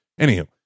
Anywho